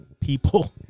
people